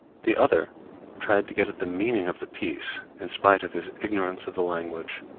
the other tried to get at the meaning of the piece in spite of his ignorance of the language.